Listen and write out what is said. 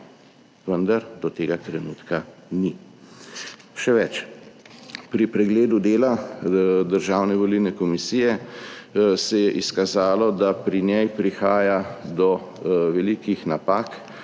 vendar do tega trenutka ni, še več. Pri pregledu dela Državne volilne komisije se je izkazalo, da pri njej prihaja do velikih napak